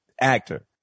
actor